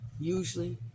usually